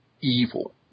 evil